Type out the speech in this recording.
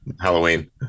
Halloween